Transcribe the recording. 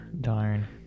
Darn